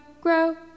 grow